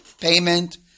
Payment